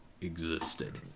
existed